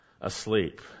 asleep